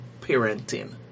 parenting